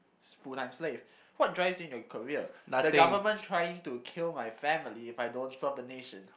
full time slave what drives me in the career the government trying to kill my family if I don't serve the nation